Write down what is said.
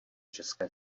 české